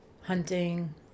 hunting